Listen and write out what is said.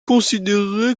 considéré